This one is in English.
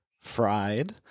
fried